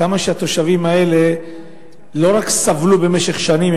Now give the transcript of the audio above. כמה שהתושבים האלה לא רק סבלו במשך שנים,